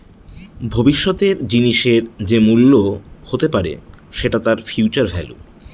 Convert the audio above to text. ভবিষ্যতের জিনিসের যে মূল্য হতে পারে সেটা তার ফিউচার ভেল্যু